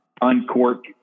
uncork